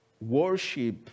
worship